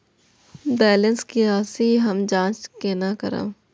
Balance के राशि हम जाँच केना करब?